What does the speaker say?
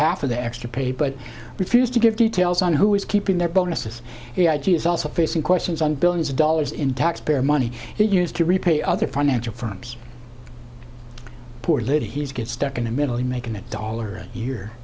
half of the extra pay but refused to give details on who is keeping their bonuses he is also facing questions on billions of dollars in taxpayer money he used to repay other financial firms poor little he's get stuck in the middle making a dollar a year